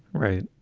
right.